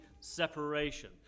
separation